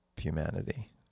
humanity